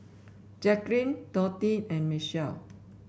Jacklyn Dorthea and Michel